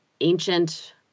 ancient